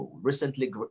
recently